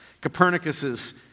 Copernicus's